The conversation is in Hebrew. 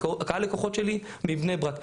קהל הלקוחות שלי מבני ברק.